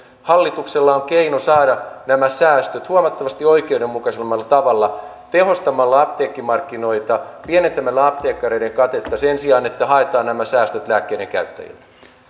hallituksella on keino saada nämä säästöt huomattavasti oikeudenmukaisemmalla tavalla tehostamalla apteekkimarkkinoita pienentämällä apteekkareiden katetta sen sijaan että haetaan nämä säästöt lääkkeiden käyttäjiltä